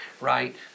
Right